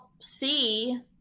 see